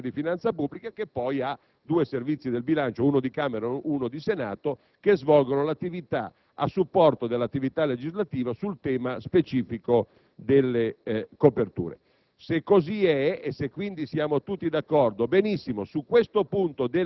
del Servizio unificato del Parlamento per l'analisi degli andamenti di finanza pubblica, che poi ha al proprio interno due Servizi del bilancio, uno della Camera e uno del Senato, che svolgono l'attività a supporto dell'attività legislativa sul tema specifico delle coperture.